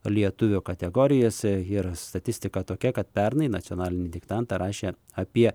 lietuvio kategorijose ir statistika tokia kad pernai nacionalinį diktantą rašė apie